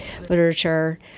literature